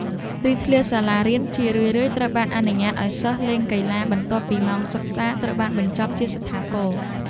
ទីធ្លាសាលារៀនជារឿយៗត្រូវបានអនុញ្ញាតឱ្យសិស្សលេងកីឡាបន្ទាប់ពីម៉ោងសិក្សាត្រូវបានបញ្ចប់ជាស្ថាពរ។